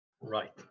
Right